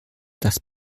das